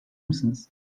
misiniz